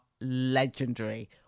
legendary